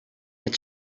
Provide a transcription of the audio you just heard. its